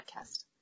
podcast